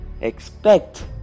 expect